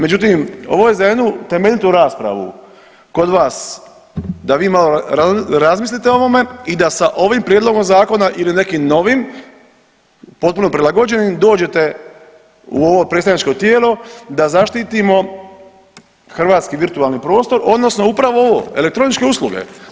Međutim, ovo je za jednu temeljitu raspravu kod vas, da vi malo razmislite o ovome i da sa ovim prijedlogom Zakona ili nekim novim, potpuno prilagođenim dođete u ovo predstavničko tijelo da zaštitimo hrvatski virtualni prostor, odnosno upravo ovo, elektroničke usluge.